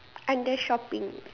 under shopping